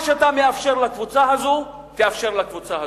מה שאתה מאפשר לקבוצה הזאת תאפשר גם ובאותה מידה לקבוצה האחרת.